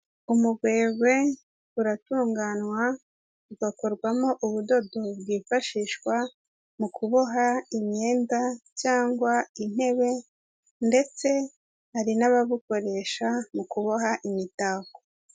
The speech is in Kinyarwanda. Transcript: Umugwegwe uratunganywa ugakorwamo ubudodo bwifashishwa mu kuboha imyenda cyangwa intebe ndetse hari n'ababukoresha mu kuboha imitako.